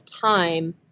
time